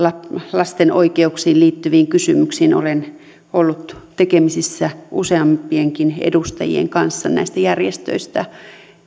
lasten oikeuksiin liittyviin kysymyksiin olen ollut tekemisissä useampienkin edustajien kanssa näistä järjestöistä